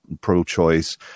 pro-choice